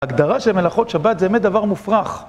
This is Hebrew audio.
הגדרה של מלאכות שבת זה אמת דבר מופרך